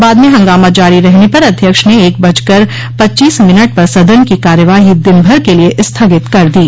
बाद में हंगामा जारी रहने पर अध्यक्ष ने एक बजकर पच्चीस मिनट पर सदन की कार्यवाही दिनभर के लिये स्थगित कर दी